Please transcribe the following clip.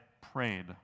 prayed